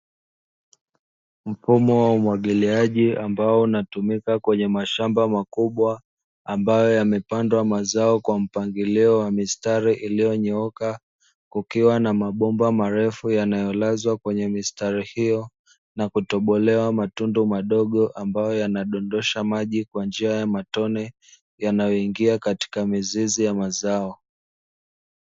Mfumo wa umwagiliaji ambao unatumika kwenye mashamba makubwa ambayo yamepandwa mazao kwa mpangilio wa mistari iliyonyooka, kukiwa na mabomba marefu yanayolazwa kwenye mistari hiyo na kutobolewa matunda madogo ambayo yanadondosha maji kwa njia ya matone yanayoingia katika mizizi ya mazao.